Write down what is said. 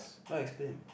why explain